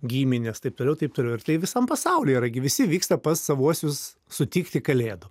giminės taip toliau taip toliau ir tai visam pasauly yra gi visi vyksta pas savuosius sutikti kalėdų